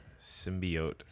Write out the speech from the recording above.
symbiote